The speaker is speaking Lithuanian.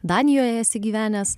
danijoje esi gyvenęs